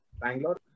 Bangalore